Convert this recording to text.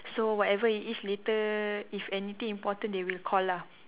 so whatever it is later if anything important they will call lah